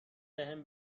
بهم